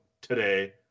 today